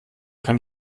kann